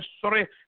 sorry